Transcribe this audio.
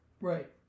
Right